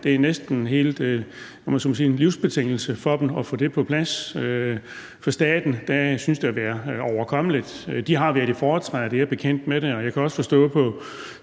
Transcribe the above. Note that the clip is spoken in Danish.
Det er næsten en livsbetingelse for dem at få det på plads. For staten synes det at være overkommeligt. De har været i foretræde, og de er bekendt med